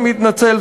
אני מתנצל,